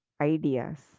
ideas